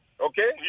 Okay